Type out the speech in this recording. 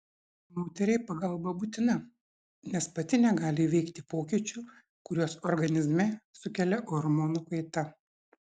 moteriai pagalba būtina nes pati negali įveikti pokyčių kuriuos organizme sukelia hormonų kaita